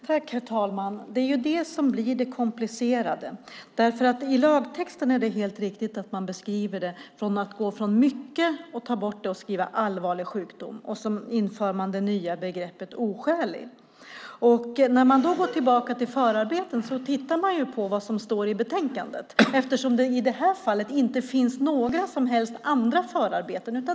Herr talman! Det är det som blir det komplicerade. Det är helt riktigt att man i lagtexten beskriver det som att ta bort "mycket" och skriva "allvarlig sjukdom". Man inför också det nya begreppet "oskäligt". När man går tillbaka till förarbetena tittar man ju på vad som står i betänkandet, eftersom det i detta fall inte finns några som helst andra förarbeten.